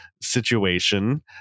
situation